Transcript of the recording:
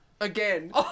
Again